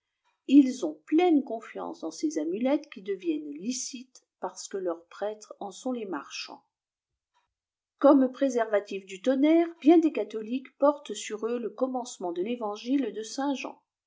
ils ont pleine confiance dans ces amulettes qui deviennent licites parce que leurs prêti'es en sont les marchands gomme préservatif du tonnerre bien des catholiques portent sur eux le commencement de l'évangile de